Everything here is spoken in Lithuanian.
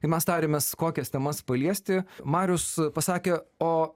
kai mes tariamės kokias temas paliesti marius pasakė o